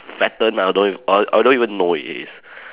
fatten ah I don't I I don't even know if it is